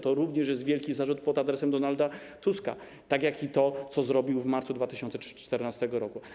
To również jest wielki zarzut pod adresem Donalda Tuska, tak jak i to, co zrobił w marcu 2014 r.